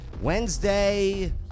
Wednesday